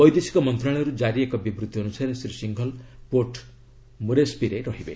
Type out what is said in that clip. ବୈଦେଶିକ ମନ୍ତ୍ରଣାଳୟରୁ ଜାରି ଏକ ବିବୃତି ଅନୁସାରେ ଶ୍ରୀ ସିଂଘଲ ପୋର୍ଟ ମୋରେସ୍ବି ରେ ରହିବେ